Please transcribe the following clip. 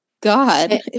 God